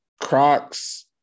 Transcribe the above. Crocs